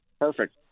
perfect